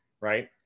right